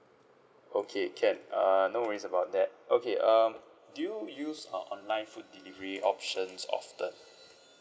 okay can uh no worries about that okay um do you use uh online food delivery options often